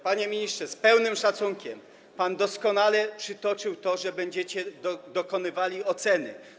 Panie ministrze, z pełnym szacunkiem, pan doskonale przytoczył przepis o tym, jak będziecie dokonywali oceny.